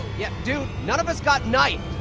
yeah, dude, none of us got knifed.